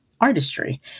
artistry